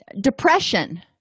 Depression